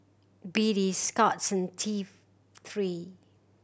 B D Scott's and T Three